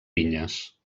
vinyes